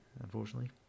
unfortunately